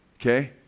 okay